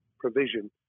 provision